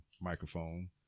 microphone